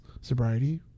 sobriety